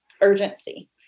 urgency